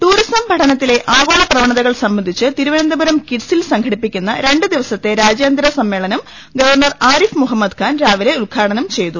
tourism പഠനത്തിലെ ആഗോള പ്രവണതകൾ സംബന്ധിച്ച് തിരു വനന്തപുരം കിറ്റ്സിൽ സംഘടിപ്പിക്കുന്ന രണ്ടു ദിവസത്തെ രാജ്യാ ന്തര സമ്മേളനം ഗവർണർ ആരിഫ് മുഹമ്മദ് ഖാൻ രാവിലെ ഉദ്ഘാ ടനം ചെയ്തു